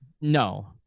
No